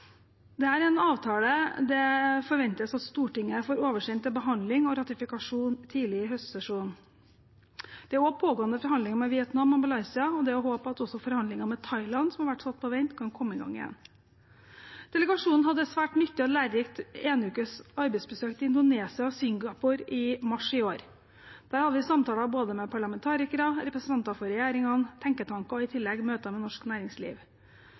Det er en avtale det forventes at Stortinget får oversendt til behandling og ratifikasjon tidlig i høstsesjonen. Det er også pågående forhandlinger med Vietnam og Malaysia, og det er håp om at også forhandlinger med Thailand, som har vært satt på vent, kan komme i gang igjen. Delegasjonen hadde et svært nyttig og lærerikt enukes arbeidsbesøk til Indonesia og Singapore i mars i år. Der hadde vi samtaler både med parlamentarikere, representanter for regjeringene og tenketanker og i tillegg møter med norsk næringsliv.